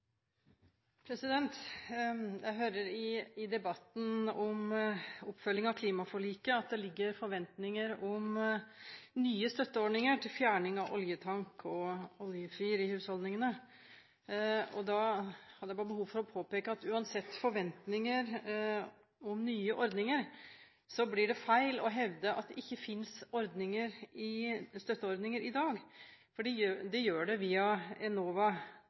tankekors. Jeg hører i debatten om oppfølgingen av klimaforliket at det ligger forventninger om nye støtteordninger til fjerning av oljetank og oljefyr i husholdningene. Da har jeg behov for å påpeke at uansett forventninger om nye ordninger, blir det feil å hevde at det ikke finnes støtteordninger i dag, for det gjør det via Enova.